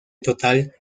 total